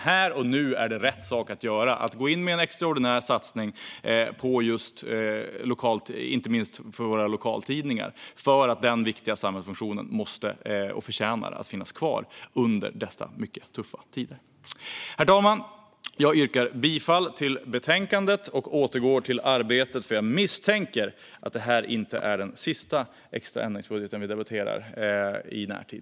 Här och nu är det rätt sak att göra att gå in med en extraordinär satsning, inte minst för våra lokaltidningar. Den viktiga samhällsfunktionen måste och förtjänar att finnas kvar i dessa mycket tuffa tider. Herr talman! Jag yrkar bifall till förslaget i betänkandet och återgår till arbetet. Jag misstänker nämligen att det här inte är den sista extra ändringsbudgeten vi debatterar i närtid.